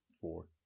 Four